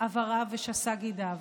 אבריו ושס"ה גידיו.